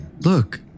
look